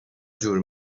جور